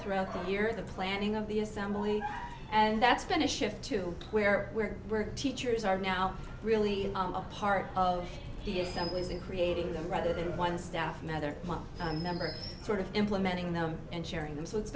throughout the year the planning of the assembly and that's been a shift to where we were teachers are now really a part of the assemblies in creating them rather than one staff member one member sort of implementing them and sharing them so it's